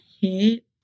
hit